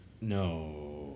No